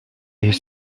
est